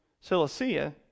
Cilicia